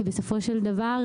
כי בסופו של דבר,